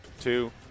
two